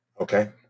Okay